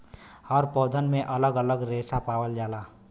हर पौधन में अलग अलग रेसा पावल जाला